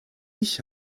ich